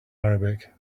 arabic